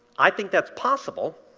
i think that's possible,